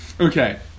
Okay